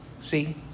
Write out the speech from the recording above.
See